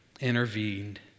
intervened